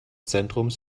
zentrums